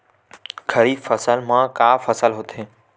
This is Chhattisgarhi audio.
खरीफ फसल मा का का फसल होथे?